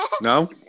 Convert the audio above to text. No